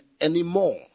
anymore